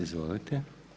Izvolite.